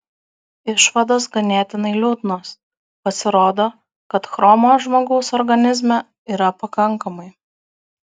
išvados ganėtinai liūdnos pasirodo kad chromo žmogaus organizme yra pakankamai